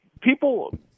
people